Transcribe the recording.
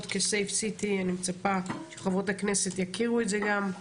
כ-safe sicty אני מצפה שחברות הכנסת יכירו את זה גם,